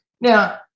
Now